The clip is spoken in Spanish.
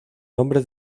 nombre